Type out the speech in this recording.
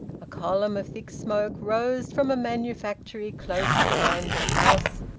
a column of thick smoke rose from a manufactory close behind the house,